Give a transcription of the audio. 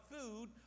food